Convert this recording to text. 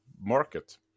market